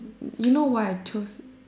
you know why I choose